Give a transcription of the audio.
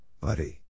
buddy